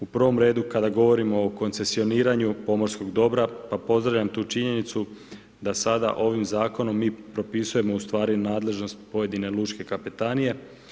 U prvom redu, kada govorimo o koncesioniranju pomorskog dobra, pa pozdravljam tu činjenicu da sada ovim Zakonom mi propisujemo u stvari nadležnost pojedine lučke kapetanije.